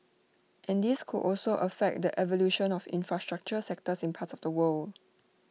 and this could also affect the evolution of infrastructure sectors in parts of the world